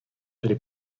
tedy